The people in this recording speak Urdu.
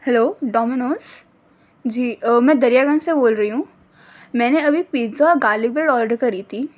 ہیلو ڈومینوز جی میں دریا گنج سے بول رہی ہوں میں نے ابھی پزا اور گارلی بریڈ آڈر کری تھی